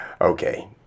Okay